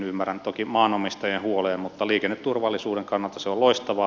ymmärrän toki maanomistajien huolen mutta liikenneturvallisuuden kannalta se on loistavaa